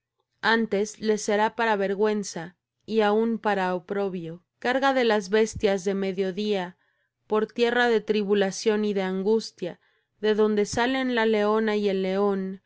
antes les será para vergüenza y aun para oprobio carga de las bestias del mediodía por tierra de tribulacion y de angustia de donde salen la leona y el leon